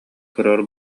көрөр